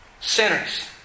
Sinners